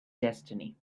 destiny